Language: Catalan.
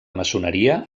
maçoneria